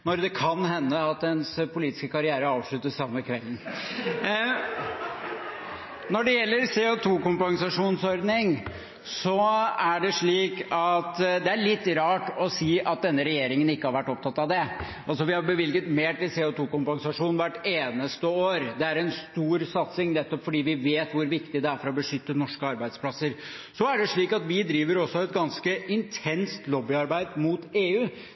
det kan hende at en ser sin politiske karriere avsluttes samme kvelden Når det gjelder CO 2 -kompensasjonsordning, er det slik at det er litt rart å si at denne regjeringen ikke har vært opptatt av det. Vi har bevilget mer til CO 2 -kompensasjon hvert eneste år. Det er en stor satsing, nettopp fordi vi vet hvor viktig det er for å beskytte norske arbeidsplasser. Så er det slik at vi også driver et intenst lobbyarbeid mot EU,